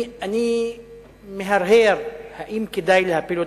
אני מהרהר אם כדאי להפיל אותה,